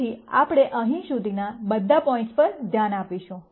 તેથી આપણે અહીં સુધીના બધા પોઈન્ટ્સ પર ધ્યાન આપીશું